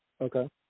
Okay